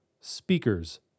Speakers